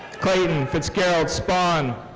clayton fitzgerald spahn.